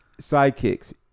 sidekicks